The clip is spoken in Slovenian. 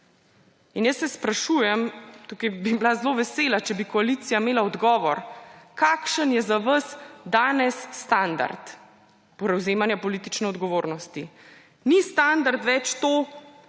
Sprašujem se, tukaj bi bila zelo vesela, če bi koalicija imela odgovor, kakšen je za vas danes standard prevzemanja politične odgovornosti. Ni standard več to,